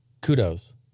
Kudos